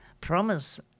promise